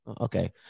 okay